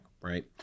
right